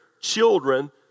children